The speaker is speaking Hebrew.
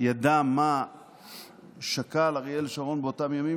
וידע מה שקל אריאל שרון באותם ימים,